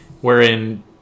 wherein